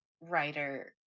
writer